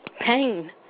Pain